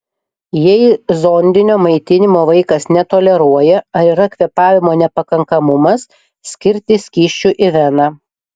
jei zondinio maitinimo vaikas netoleruoja ar yra kvėpavimo nepakankamumas skirti skysčių į veną